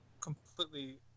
completely